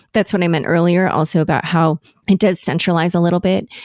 that's what i meant earlier also about how it does centralize a little bit.